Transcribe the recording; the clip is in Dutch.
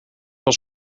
als